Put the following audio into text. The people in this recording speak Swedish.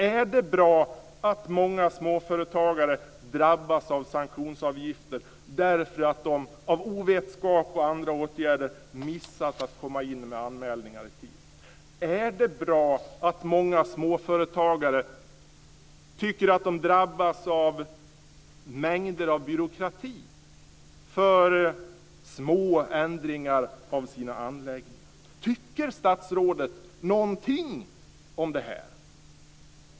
Är det bra att många småföretagare drabbas av sanktionsavgifter därför att de av ovetskap och på grund av andra åtgärder missat att komma in med anmälningar i tid? Är det bra att många småföretagare tycker att de drabbas av en hel del byråkrati för små ändringar av sina anläggningar? Tycker statsrådet någonting här?